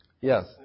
Yes